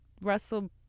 Russell